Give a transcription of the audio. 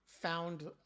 found